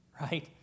right